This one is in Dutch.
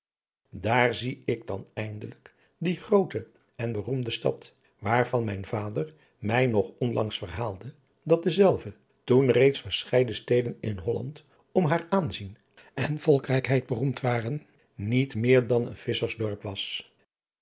daar zie ik dan eindelijk die groote en beroemde stad waarvan mijn vader mij nog onlangs verhaalde dat dezelve toen reeds verscheiden steden in holland om haar aanzien en volkrijkheid beroemd waren niet meer dan een visschers dorp was